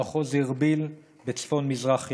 במחוז ארביל בצפון מזרח עיראק,